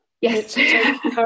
Yes